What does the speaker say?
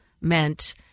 meant